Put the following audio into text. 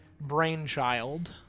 brainchild